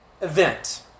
event